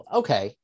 okay